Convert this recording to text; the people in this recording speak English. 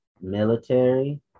military